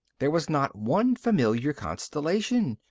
there was not one familiar constellation,